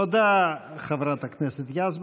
תודה, חברת הכנסת יזבק.